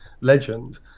legend